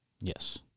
Yes